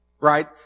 right